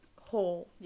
hole